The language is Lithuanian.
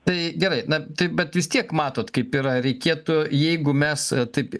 tai gerai na tai bet vis tiek matot kaip yra reikėtų jeigu mes taip